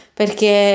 perché